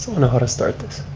and how to start this.